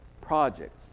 projects